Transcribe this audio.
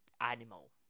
animal